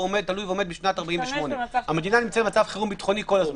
תלוי ועומד משנת 1948. המדינה נמצאת במצב חירום ביטחוני כל הזמן.